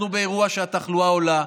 אנחנו באירוע שבו התחלואה עולה.